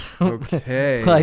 Okay